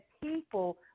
people